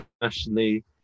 internationally